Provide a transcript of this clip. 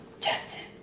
Justin